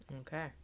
Okay